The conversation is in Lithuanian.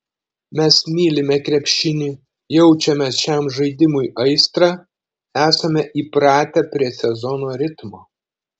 mes mylime krepšinį jaučiame šiam žaidimui aistrą esame įpratę prie sezono ritmo